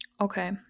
Okay